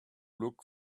look